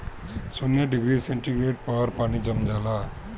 शून्य degree centigrade पर पानी जम जाला